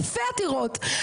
אלפי עתירות,